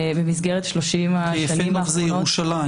במסגרת 30 השנים האחרונות --- כי יפה נוף זה ירושלים,